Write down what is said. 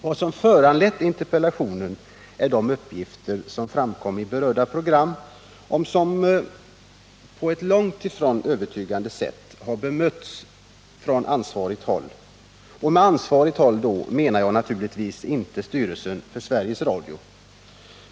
Vad som föranlett interpellationen är de uppgifter som framkom i berörda program och som på ett långt ifrån övertygande sätt har bemötts från ansvarigt håll — och med ansvarigt håll menar jag naturligtvis inte styrelsen för Sveriges Radio.